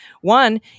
One